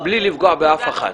בלי לפגוע באף אחת,